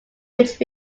which